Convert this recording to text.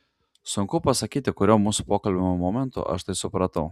sunku pasakyti kuriuo mūsų pokalbio momentu aš tai supratau